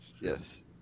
Yes